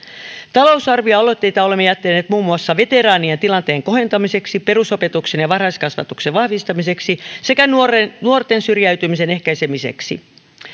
talousarvioaloitteita olemme jättäneet muun muassa veteraanien tilanteen kohentamiseksi perusopetuksen ja varhaiskasvatuksen vahvistamiseksi sekä nuorten syrjäytymisen ehkäisemiseksi